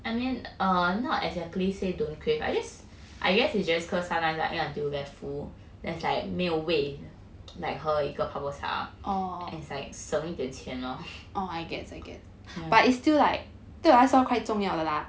err I mean not exactly say don't crave I guess I guess you just cause sometimes eat until very full there's like 没有位 like 喝一个泡泡茶 and it's like 省一点钱 lor yeah